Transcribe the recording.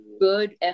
good